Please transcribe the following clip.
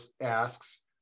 asks